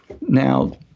Now